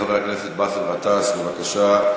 חבר הכנסת באסל גטאס, בבקשה.